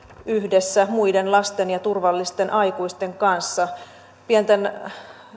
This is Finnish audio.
yhdessä muiden lasten ja turvallisten aikuisten kanssa pienten